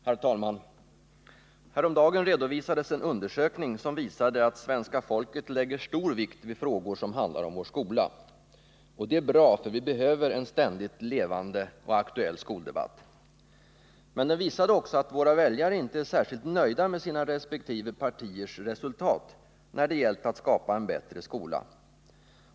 Herr talman! Häromdagen redovisades en undersökning som visade att svenska folket lägger stor vikt vid frågor som handlar om vår skola. Och det är bra för vi behöver en ständigt levande och aktuell skoldebatt. Men undersökningen visade också att våra väljare inte är särskilt nöjda med sina resp. partiers resultat när det gäller att skapa en bättre skola.